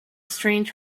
strange